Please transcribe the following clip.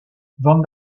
van